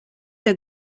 der